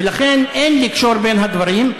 ולכן אין לקשור בין הדברים.